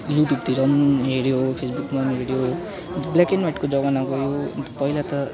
YouTube तिर पनि हेऱ्यो फेसबुकमा पनि हेऱ्यो ब्ल्याक एन्ड वाइटको जमाना गयो पहिला त